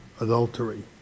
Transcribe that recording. Adultery